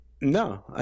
No